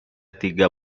tiga